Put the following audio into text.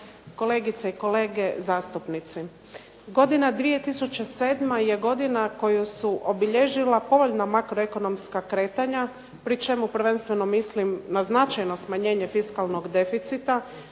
kolegice i kolege zastupnici. Godina 2007. je godina koju su obilježila povoljna makroekonomska kretanja pri čemu prvenstveno mislim na značajno smanjenje fiskalnog deficita